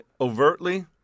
overtly